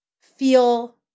feel